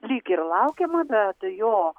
lyg ir laukiama bet jo